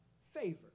favor